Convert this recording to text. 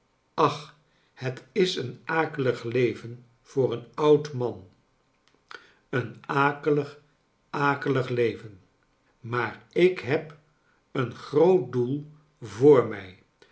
ach het is een akelig leven voor een oud man een akelig akelig leven maar ik heb een groot doel voor mij